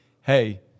Hey